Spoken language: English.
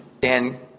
Dan